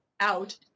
out